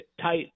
tight